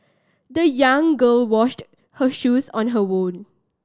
the young girl washed her shoes on her own